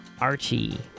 archie